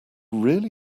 really